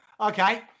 Okay